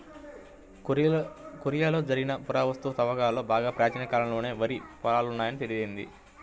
కొరియాలో జరిపిన పురావస్తు త్రవ్వకాలలో బాగా ప్రాచీన కాలంలోనే వరి పొలాలు ఉన్నాయని తేలింది